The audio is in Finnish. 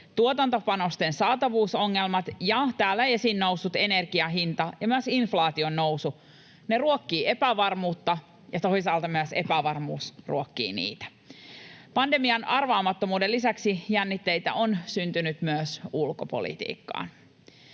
tuotantopanosten saatavuusongelmat ja täällä esiin noussut energian hinta ja myös inflaation nousu ruokkivat epävarmuutta, ja toisaalta myös epävarmuus ruokkii niitä. Pandemian arvaamattomuuden lisäksi jännitteitä on syntynyt myös ulkopolitiikkaan.